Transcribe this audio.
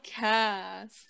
podcast